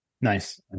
Nice